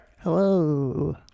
Hello